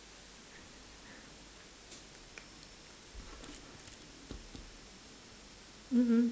mm mm